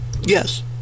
yes